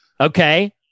Okay